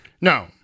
No